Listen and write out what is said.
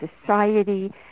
society